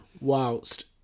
whilst